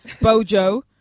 Bojo